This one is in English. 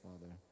Father